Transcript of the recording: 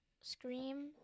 scream